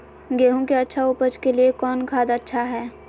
गेंहू के अच्छा ऊपज के लिए कौन खाद अच्छा हाय?